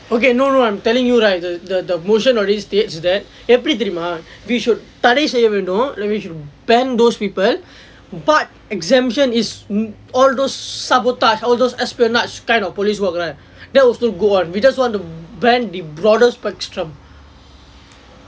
okay no no I'm telling you right the the the motion of this states that எப்படி தெரியுமா:eppadi theriyumaa we should ban those people but exemption is all those sabotage all those espionage kind of police work right that's going to go one we just want to ban the broader spectrum